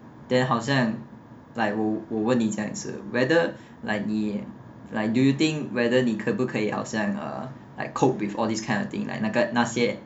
then 好像 like 我我问你这样子 whether like 你也 like do you think whether 你可不可以好像 uh like cope with all these kind of thing like 那个那些